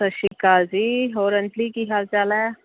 ਸਤਿ ਸ਼੍ਰੀ ਅਕਾਲ ਜੀ ਹੋਰ ਅੰਜਲੀ ਕੀ ਹਾਲ ਚਾਲ ਹੈ